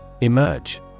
Emerge